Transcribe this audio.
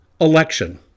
election